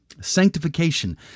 Sanctification